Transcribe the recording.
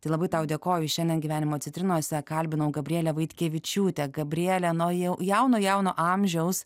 tai labai tau dėkoju šiandien gyvenimo citrinose kalbinau gabrielę vaitkevičiūtę gabrielė na jau jauno jauno amžiaus